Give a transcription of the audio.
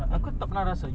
yodelling saja